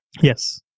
Yes